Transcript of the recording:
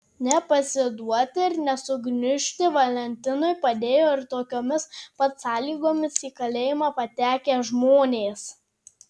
nepasiduoti ir nesugniužti valentinui padėjo ir tokiomis pat sąlygomis į kalėjimą patekę žmonės